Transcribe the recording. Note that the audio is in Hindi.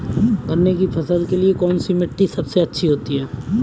गन्ने की फसल के लिए कौनसी मिट्टी अच्छी होती है?